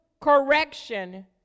correction